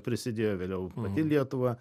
prisidėjo vėliau pati lietuva